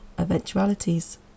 eventualities